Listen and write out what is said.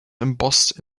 embossed